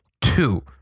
two